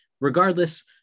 regardless